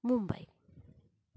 Mumbai